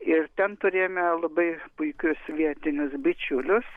ir ten turėjome labai puikius vietinius bičiulius